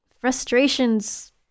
Frustrations